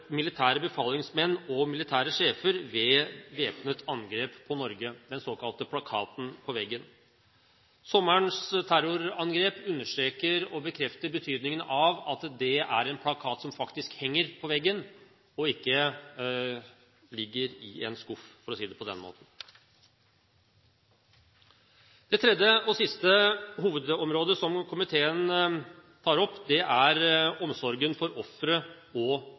militære befalingsmenn og militære sjefer ved væpnet angrep på Norge, den såkalte Plakaten På Veggen. Sommerens terrorangrep understreker og bekrefter betydningen av at det er en plakat som faktisk henger på veggen, og ikke ligger i en skuff – for å si det på den måten. Det tredje og siste hovedelementet som komiteen tar opp, er omsorgen for ofre og